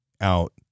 out